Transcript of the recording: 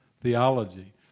theology